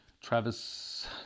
Travis